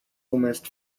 almost